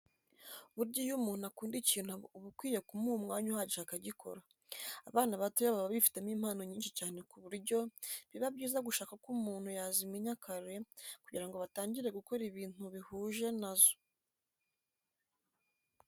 Burya iyo umuntu akunda ikintu uba ukwiye kumuha umwanya uhagije akagikora. Abana batoya baba bifitemo impano nyinshi cyane ku buryo biba byiza gushaka uko umuntu yazimenya kare kugira ngo batangire gukora ibintu bihuje na zo.